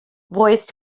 voiced